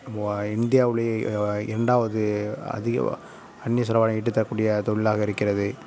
இந்தியாவுலேயே இரண்டாவது அதிக அந்நிய செலவாணியை ஈட்டிதரக்கூடிய தொழிலாக இருக்கிறது